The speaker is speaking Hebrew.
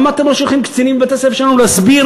למה אתם לא שולחים קצינים לבתי-הספר שלנו להסביר